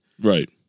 Right